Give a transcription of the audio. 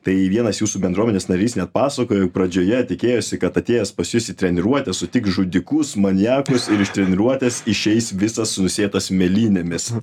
tai vienas jūsų bendruomenės narys net pasakojo pradžioje tikėjosi kad atėjęs pas jus į treniruotę sutiks žudikus maniakus ir iš treniruotės išeis visas nusėtas mėlynėmis